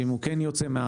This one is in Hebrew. ואם הוא כן יוצא מהענף,